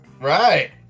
Right